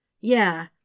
Yeah